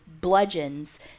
bludgeons